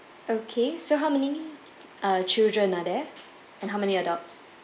okay so how many uh children are there and how many adults